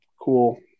cool